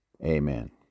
Amen